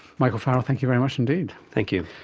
michael farrell, thank you very much indeed. thank you.